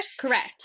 Correct